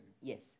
Yes